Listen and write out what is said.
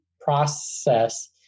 process